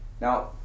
Now